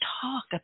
talk